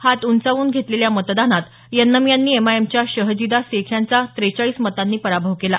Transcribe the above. हात उंचावून घेतलेल्या मतदानात यन्नम यांनी एमआयएमच्या शहजीदा शेख यांचा ट्रेचाळीस मतांनी पराभव केला